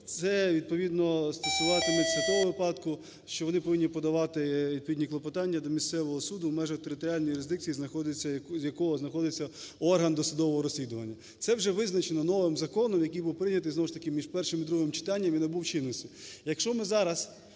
це відповідно стосуватиметься того випадку, що вони повинні подавати відповідні клопотання до місцевого суду, в межах територіальної юрисдикції якого знаходиться орган досудового розслідування. Це вже визначено новим законом, який був прийнятий знову ж таки між першим і другим читанням і набув чинності.